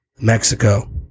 Mexico